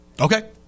Okay